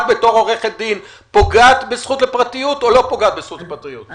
את בתור עורכת דין פוגעת בזכות לפרטיות או לא פוגעת בזכות הפרטיות?